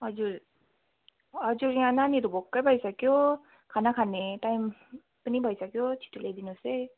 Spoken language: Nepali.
हजुर हजुर यहाँ नानीहरू भोक्कै भइसक्यो खाना खाने टाइम पनि भइसक्यो छिट्टो ल्याइदिनु होस् है